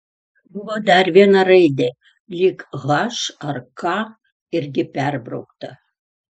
buvo dar viena raidė lyg h ar k irgi perbraukta